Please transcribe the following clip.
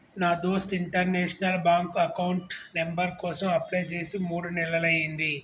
నా దోస్త్ international bank account number కోసం అప్లై చేసి మూడు నెలలయ్యింది